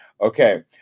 Okay